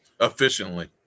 Efficiently